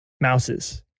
Mouses